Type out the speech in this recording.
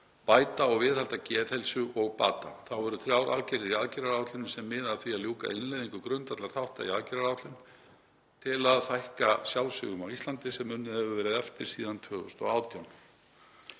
bæta og viðhalda geðheilsu og bata. Þá eru þrjár aðgerðir í aðgerðaáætluninni sem miða að því að ljúka innleiðingu grundvallarþátta í aðgerðaáætlun til að fækka sjálfsvígum á Íslandi sem unnið hefur verið eftir síðan 2018.